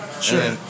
Sure